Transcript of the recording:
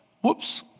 Whoops